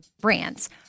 brands